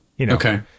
Okay